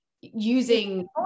using